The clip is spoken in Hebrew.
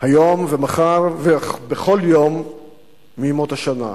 היום ומחר ובכל יום מימות השנה.